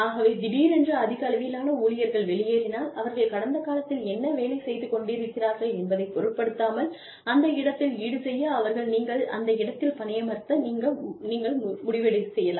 ஆகவே திடீரென அதிக அளவிலான ஊழியர்கள் வெளியேறினால் அவர்கள் கடந்த காலத்தில் என்ன வேலை செய்து கொண்டிருந்தார்கள் என்பதைப் பொருட்படுத்தாமல் அந்த இடத்தில் ஈடு செய்ய அவர்களை நீங்கள் அந்த இடத்தில் பணியமர்த்த நீங்கள் முடிவு செய்யலாம்